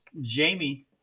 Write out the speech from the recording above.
Jamie